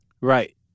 Right